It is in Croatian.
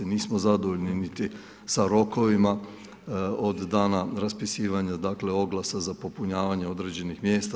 Nismo zadovoljni niti sa rokovima od dana raspisivanja dakle oglasa za popunjavanje određenih mjesta.